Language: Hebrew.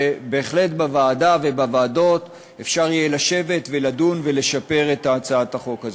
ובהחלט בוועדה ובוועדות אפשר יהיה לשבת ולדון ולשפר את הצעת החוק הזאת.